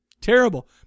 Terrible